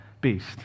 beast